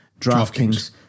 DraftKings